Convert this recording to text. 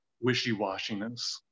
wishy-washiness